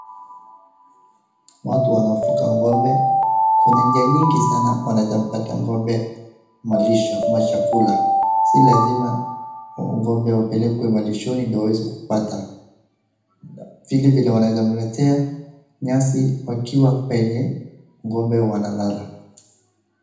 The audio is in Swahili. Watu wanafuga ng'ombe, kuna njia nyingi sana wanezapatia ng'ombe malisho ama chakula, si lazima ng'ombe wapelekwe malishoni ndo waweze kupata....... vile vile wanezamletea nyasi wakiwa penye ng'ombe wanalala.